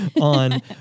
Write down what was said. on